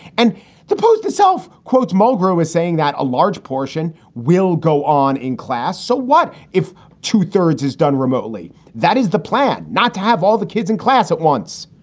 and the post itself quotes mulgrew as saying that a large portion will go on in class. so what if two thirds is done remotely? that is the plan not to have all the kids in class at once.